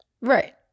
right